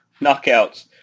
knockouts